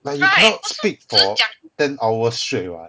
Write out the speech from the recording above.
but you can't speak to ten hours straight